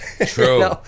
True